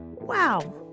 Wow